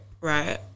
right